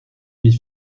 mit